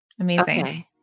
Amazing